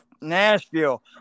Nashville